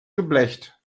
geblecht